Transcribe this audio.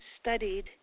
studied